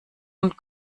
und